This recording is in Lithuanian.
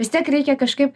vis tiek reikia kažkaip